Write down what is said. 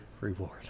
reward